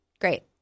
Great